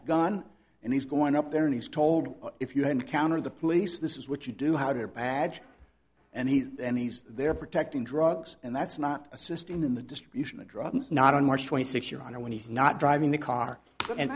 a gun and he's going up there and he's told if you had encountered the police this is what you do how their badge and he is and he's there protecting drugs and that's not assisting in the distribution of drugs not on march twenty six your honor when he's not driving the car